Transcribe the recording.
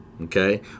okay